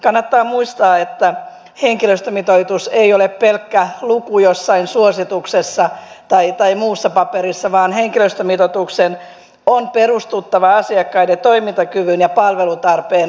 kannattaa muistaa että henkilöstömitoitus ei ole pelkkä luku jossain suosituksessa tai muussa paperissa vaan henkilöstömitoituksen on perustuttava asiakkaiden toimintakyvyn ja palvelutarpeen arviointiin